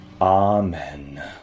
Amen